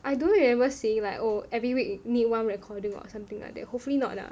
I don't remember seeing like oh every week need one recording or something like that hopefully not lah